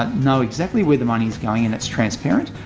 but know exactly where the money is going and it's transparent,